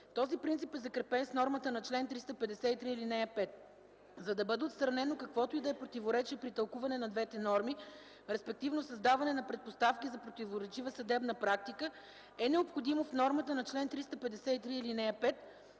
Този принцип е закрепен с нормата на чл. 353, ал. 5. За да бъде отстранено каквото и да е противоречие при тълкуване на двете норми, респективно създаване на предпоставки за противоречива съдебна практика, е необходимо в нормата на чл. 353, ал. 5